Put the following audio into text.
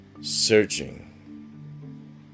Searching